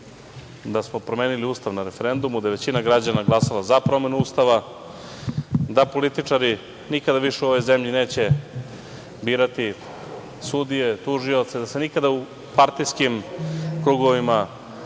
da smo promenili Ustav na referendumu gde je većina građana glasala za promenu Ustava, da političari nikada više u ovoj zemlji neće birati sudije, tužioce, da se nikada u partijskim krugovima,